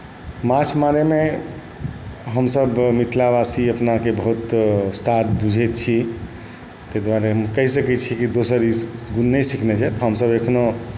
माँछ मारैमे हमसब मिथिलावासी अपनाके बहुत उस्ताद बुझै छी ताहि दुआरे हम कहि सकै छी कि दोसर ई गुण नहि सिखने छथि हमसब एखनो